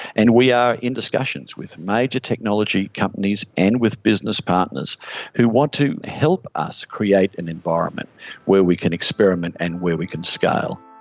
and we are in discussions with major technology companies and with business partners who want to help us create an environment where we can experiment and where we can scale.